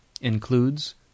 Includes